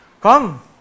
Come